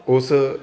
ਉਸ